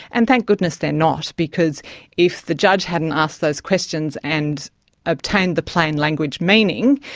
and thank goodness they're not because if the judge hadn't asked those questions and obtained the plain language meaning,